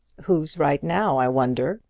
who's right now, i wonder?